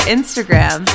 Instagram